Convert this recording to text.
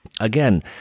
again